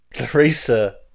Larissa